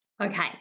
Okay